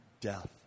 death